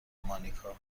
مانیکا